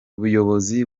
buyobozi